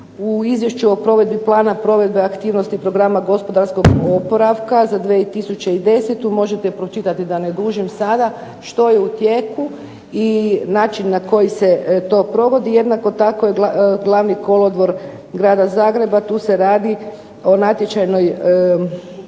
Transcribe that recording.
tu Izvješću o provedbi plana provedbe aktivnosti programa gospodarskog oporavka za 2010. možete pročitati da ne dužim sada, što je u tijeku i način na koji se to provodi, jednako tako i Glavni kolodvor grada Zagreba, tu se radi o natječajnoj